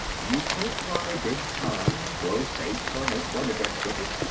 you can't run a big con, blow safes or make burmedex with it.